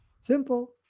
Simple